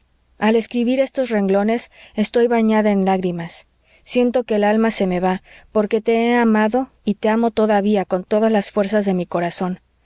al escribir estos renglones estoy bañada en lágrimas siento que el alma se me va porque te he amado y te amo todavía con todas las fuerzas de mi corazón